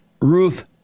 Ruth